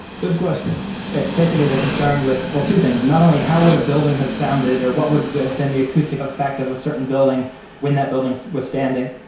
good question it's basically the concern with, well, two things. not only how would a building have sounded, or what would have been the acoustic effect of a certain building when that building was standing,